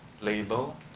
label